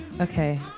Okay